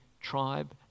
tribe